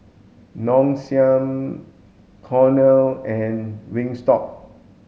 Nong Shim Cornell and Wingstop